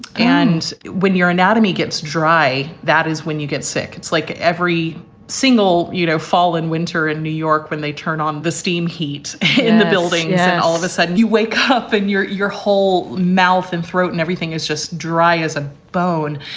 and when your anatomy gets dry, that is when you get sick. it's like every single, you know, fall and winter in new york when they turn on the steam heat in the building and and all of a sudden you wake up and your your whole mouth and throat and everything is just dry as a bone.